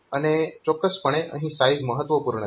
અને ચોક્કસપણે અહીં સાઈઝ મહત્વપૂર્ણ છે